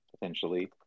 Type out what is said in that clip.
potentially